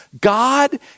God